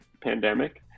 pandemic